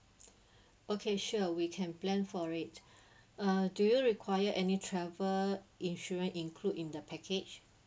okay sure we can plan for it uh do you require any travel insurance include in the package